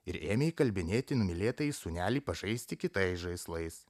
ir ėmė įkalbinėti numylėtąjį sūnelį pažaisti kitais žaislais